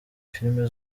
filime